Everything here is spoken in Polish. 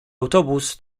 autobus